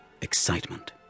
Excitement